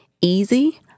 easy